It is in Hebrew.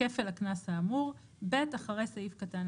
כפל הקנס האמור."; (ב)אחרי סעיף קטן